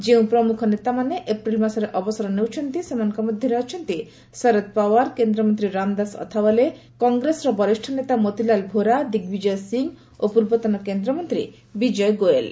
ଯେଉଁ ପ୍ରମୁଖ ନେତାମାନେ ଏପ୍ରିଲ୍ ମାସରେ ଅବସର ନେଉଛନ୍ତି ସେମାନଙ୍କ ମଧ୍ୟରେ ଅଛନ୍ତି ଶରଦ ପାୱାର କେନ୍ଦ୍ରମନ୍ତ୍ରୀ ରାମଦାସ ଅଥାଓ୍ବାଲେ କଂଗ୍ରେସର ବରିଷ୍ଠ ନେତା ମୋତିଲାଲ ଭୋରା ଦିଗବିଜୟ ସିଂ ଓ ପୂର୍ବତନ କେନ୍ଦ୍ରମନ୍ତ୍ରୀ ବିଜୟ ଗୋଏଲ୍